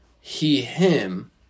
he-him